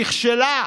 נכשלה.